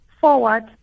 forward